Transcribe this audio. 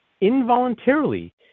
involuntarily